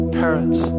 parents